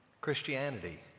Christianity